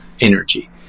energy